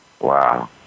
Wow